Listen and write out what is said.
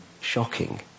shocking